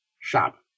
shop